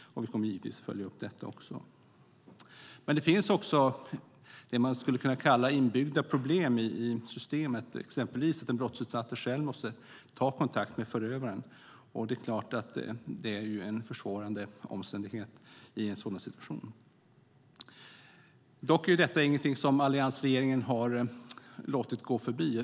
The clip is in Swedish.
Vi kommer givetvis att följa upp detta också. Det finns också något som man skulle kunna kalla inbyggda problem i systemet, exempelvis att den brottsutsatta själv måste ta kontakt med förövaren. Det är en försvårande omständighet i en sådan situation. Detta är dock inte något som alliansregeringen har låtit gå förbi.